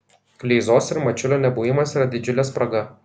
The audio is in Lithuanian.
kleizos ir mačiulio nebuvimas yra didžiulė spraga